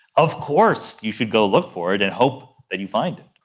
of course you should go look for it and hope that you find it.